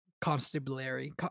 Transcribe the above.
constabulary